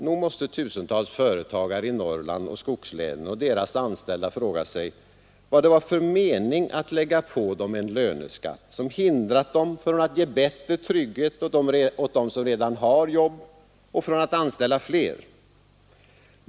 Nog måste tusentals företagare i Norrland och i skogslänen och deras anställda fråga sig vad det var för mening att lägga på dem en löneskatt, som hindrat företagen från att ge bättre trygghet åt dem som redan har jobb och från att anställa fler.